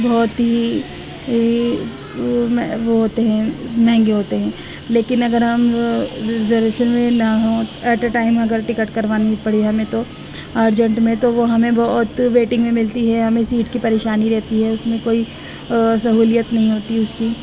بہت ہی ہی وہ میں ہوتے ہیں مہنگے ہوتے ہیں لیکن اگر ہم ریزرویشن میں نہ ہوں ایٹ اے ٹائم اگر ٹکٹ کروانی ہی پڑے ہمیں تو ارجنٹ میں تو وہ ہمیں بہت ویٹنگ میں ملتی ہے ہمیں سیٹ کی پریشانی رہتی ہے اس میں کوئی سہولیت نہیں ہوتی اس کی